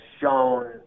shown